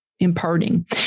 imparting